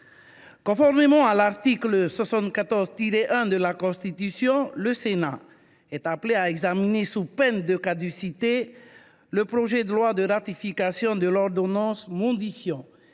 Conformément à l’article 74 1 de la Constitution, le Sénat est appelé à examiner, sous peine de caducité, le projet de loi ratifiant l’ordonnance modifiant